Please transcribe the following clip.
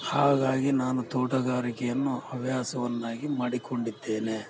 ಹಾಗಾಗಿ ನಾನು ತೋಟಗಾರಿಕೆಯನ್ನು ಹವ್ಯಾಸವನ್ನಾಗಿ ಮಾಡಿಕೊಂಡಿದ್ದೇನೆ